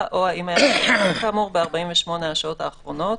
או האם היה לך חום כאמור ב-48 השעות האחרונות?